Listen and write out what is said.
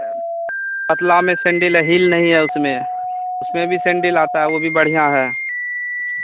पतला में सेंडिल है हिल नहीं है उसमें उसमें भी सेंडिल आता है वो भी बढ़ियाँ है